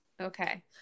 Okay